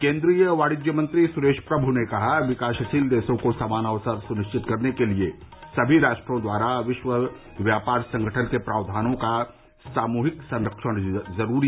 केन्द्रीय वाणिज्य मंत्री सुरेश प्रभु ने कहा विकासशील देशों को समान अवसर सुनिश्चित करने के लिए सभी राष्ट्रों द्वारा विश्व व्यापार संगठन के प्रावधानों का सामूहिक संरक्षण जरूरी